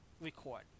record